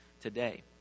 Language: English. today